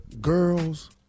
girls